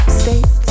states